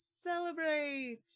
celebrate